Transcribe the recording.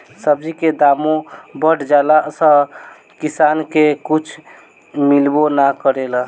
सब्जी के दामो बढ़ जाला आ किसान के कुछ मिलबो ना करेला